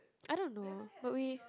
I don't know but we